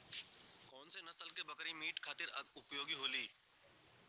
कौन से नसल क बकरी मीट खातिर उपयोग होली?